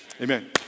Amen